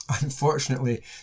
Unfortunately